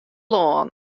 lân